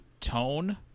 Tone